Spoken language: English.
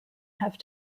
have